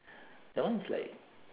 that one is like